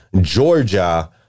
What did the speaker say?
Georgia